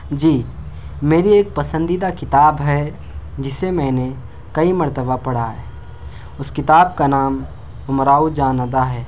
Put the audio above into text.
جی میری ایک پسندیدہ کتاب ہے جسے میں نے کئی مرتبہ پڑھا ہے اس کتاب کا نام امراؤ جان ادا ہے